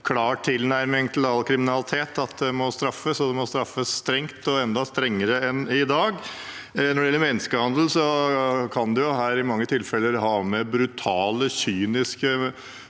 klare tilnærming til all kriminalitet at det må straffes, og det må straffes strengt – enda strengere enn i dag. Når det gjelder menneskehandel, kan man i mange tilfeller ha med brutale og kyniske